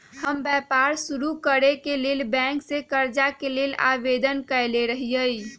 हम व्यापार शुरू करेके लेल बैंक से करजा के लेल आवेदन कयले रहिये